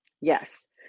Yes